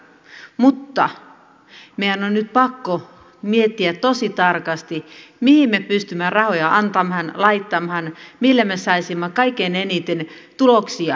mutta meidän on nyt pakko miettiä tosi tarkasti mihin me pystymme rahoja antamaan laittamaan millä me saisimme kaikkein eniten tuloksia aikaiseksi